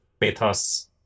pathos